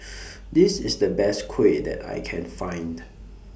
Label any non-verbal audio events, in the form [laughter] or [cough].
[noise] This IS The Best Kuih that I Can Find